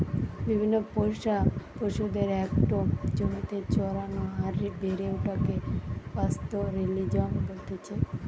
বিভিন্ন পোষা পশুদের একটো জমিতে চরানো আর বেড়ে ওঠাকে পাস্তোরেলিজম বলতেছে